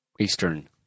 eastern